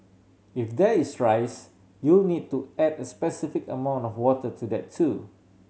if there is rice you'll need to add a specified amount of water to that too